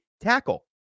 tackle